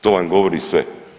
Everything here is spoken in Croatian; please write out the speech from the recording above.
To vam govori sve.